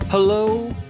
Hello